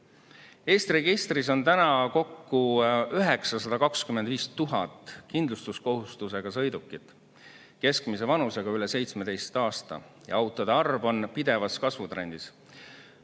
Eesti registris on kokku 925 000 kindlustuskohustusega sõidukit, keskmise vanusega üle 17 aasta. Autode arv on pidevas kasvutrendis.